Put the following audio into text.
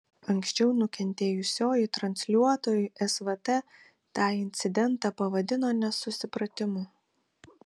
anksčiau nukentėjusioji transliuotojui svt tą incidentą pavadino nesusipratimu